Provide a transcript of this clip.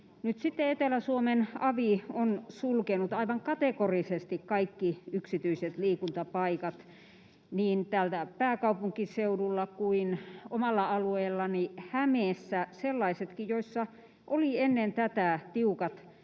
Etelä-Suomen avi on sulkenut aivan kategorisesti kaikki yksityiset liikuntapaikat niin täällä pääkaupunkiseudulla kuin omalla alueellani Hämeessä, sellaisetkin, joissa oli ennen tätä tiukat